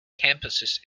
campuses